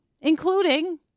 including